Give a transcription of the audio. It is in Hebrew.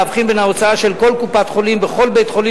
להבחין בין ההוצאה של כל קופת-חולים בכל בית-חולים